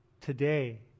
today